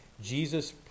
Jesus